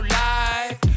life